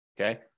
Okay